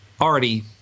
already